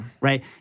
Right